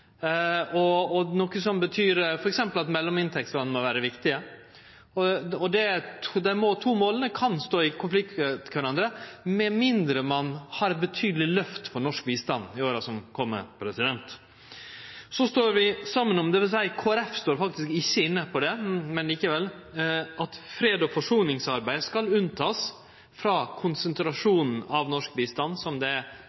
noko som f.eks. betyr at mellominntektsland må vere viktige. Dei to måla kan stå i konflikt med kvarandre, med mindre ein har eit betydeleg lyft i norsk bistand i åra som kjem. Så står vi saman om – dvs. Kristeleg Folkeparti står faktisk ikkje inne på det, men likevel – at freds- og forsoningsarbeid skal vere unnateke konsentrasjonen av norsk bistand, som det er